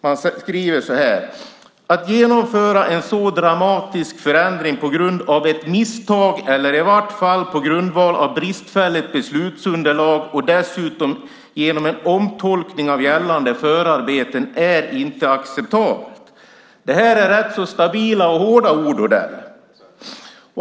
Man skriver så här: Att genomföra en så dramatisk förändring på grund av ett misstag eller i vart fall på grundval av bristfälligt beslutsunderlag och dessutom genom en omtolkning av gällande förarbeten är inte acceptabelt. Det här är rätt stabila och hårda ord, Odell.